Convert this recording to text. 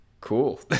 Cool